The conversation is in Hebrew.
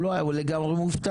הוא לא היה לגמרי מובטל,